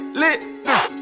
lit